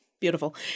Beautiful